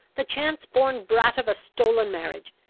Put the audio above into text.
the chance-born brat of a stolen marriage!